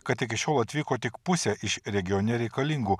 kad iki šiol atvyko tik pusė iš regione reikalingų